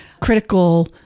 critical